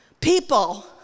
people